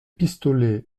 pistolets